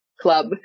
club